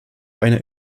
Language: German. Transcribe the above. einer